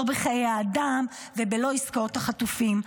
לא בחיי האדם ולא בעסקאות החטופים.